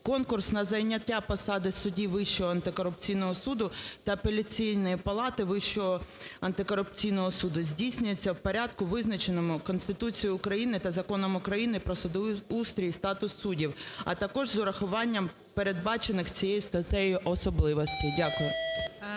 "Конкурс на зайняття посаді судді Вищого антикорупційного суду та Апеляційної палати Вищого антикорупційного суду здійснюється в порядку, визначеному Конституцією України та Законом України "Про судоустрій і статус суддів", а також з урахуванням передбачених цієї статтею особливостей." Дякую.